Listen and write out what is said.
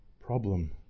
problem